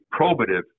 probative